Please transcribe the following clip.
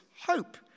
hope